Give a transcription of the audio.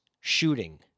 shooting